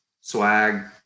swag